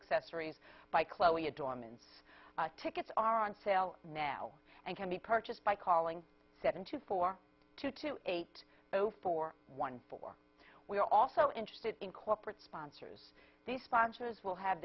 accessories by chloe a dorman's tickets are on sale now and can be purchased by calling seven two four two two eight zero four one four we are also interested in corporate sponsors the sponsors will have